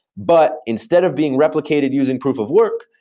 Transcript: but instead of being replicated using proof of work,